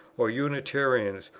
or unitarians,